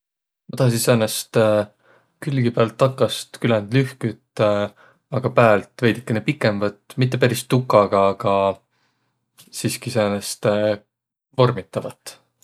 Ma tahasiq säänest külgi päält, takast küländ lühküt, aga päält veidükene pikembät, mitte peris tukaga, aga siski säänest vormitavat.